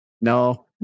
No